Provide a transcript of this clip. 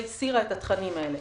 והיא הסירה את התכנים האלה.